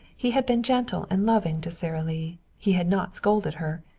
he had been gentle and loving to sara lee. he had not scolded her.